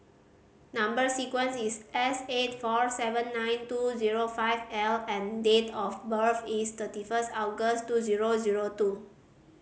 number sequence is S eight four seven nine two zero five L and date of birth is thirty first August two zero zero two